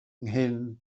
nghyn